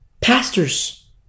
pastors